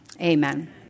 amen